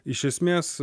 iš esmės